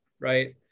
Right